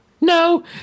No